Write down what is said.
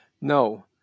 No